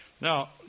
Now